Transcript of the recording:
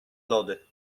lody